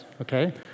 okay